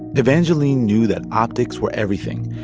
evangeline knew that optics were everything.